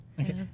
okay